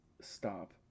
Stop